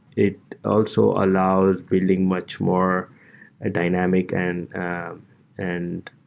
it also allows building much more dynamic and and